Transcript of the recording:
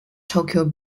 tokyo